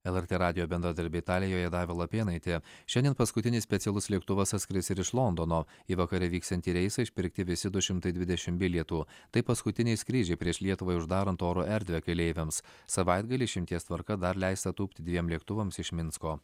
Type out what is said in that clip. lrt radijo bendradarbė italijoje daiva lapėnaitė šiandien paskutinis specialus lėktuvas atskris ir iš londono į vakare vyksiantį reisą išpirkti visi du šimtai dvidešim bilietų tai paskutiniai skrydžiai prieš lietuvai uždarant oro erdvę keleiviams savaitgalį išimties tvarka dar leista tūpti dviem lėktuvams iš minsko